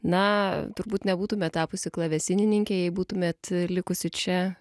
na turbūt nebūtumėt tapusi klavesinininkė jei būtumėt likusi čia